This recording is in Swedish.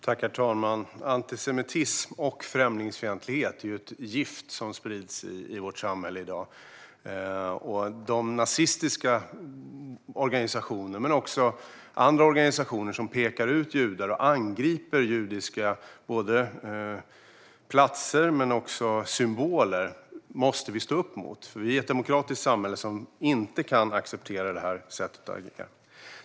Herr talman! Antisemitism och främlingsfientlighet är ett gift som sprider sig i vårt samhälle i dag. De nazistiska och andra organisationer som pekar ut judar och angriper judiska platser och symboler måste vi stå upp mot. Vi är ett demokratiskt samhälle som inte kan acceptera det här sättet att agera.